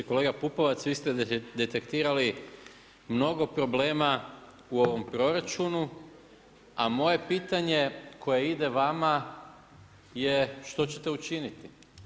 Kolega PUpovac, vi ste detektirali mnog problema u ovom proračunu, a moje pitanje koje ide vama je što ćete učiniti?